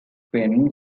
pen